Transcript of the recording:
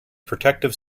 protective